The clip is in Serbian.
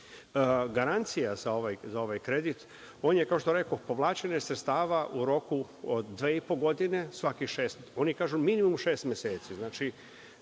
garancija za ovaj kredit, on je kao što rekoh povlačenje sredstava u roku od 2,5 godine. Oni kažu minimum šest meseci,